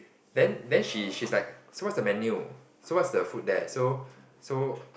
then then she's she's like so what is the menu so what is the food there so so